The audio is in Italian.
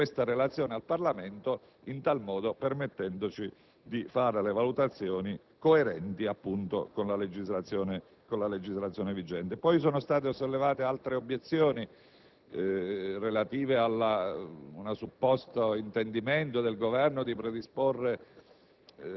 unitamente mi auguro ai provvedimenti della manovra di bilancio, questa relazione al Parlamento, in tal modo permettendoci di fare valutazioni coerenti appunto con la legislazione vigente. Poi sono state sollevate altre obiezioni